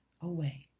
away